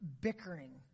bickering